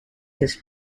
his